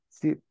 See